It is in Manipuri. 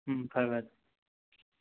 ꯎꯝ ꯐꯔꯦ ꯐꯔꯦ